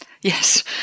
Yes